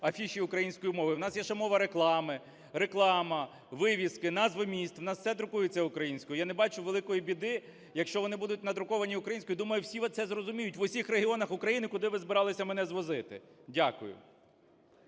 афіші українською мовою. У нас є ще мова реклами, реклама, вивіски, назви міст. У нас все друкується українською. Я не бачу великої біди, якщо вони будуть надруковані українською. Думаю, всі це зрозуміють, в усіх регіонах України, куди ви збиралися мене звозити. Дякую.